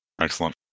Excellent